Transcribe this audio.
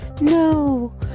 No